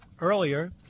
earlier